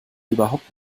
überhaupt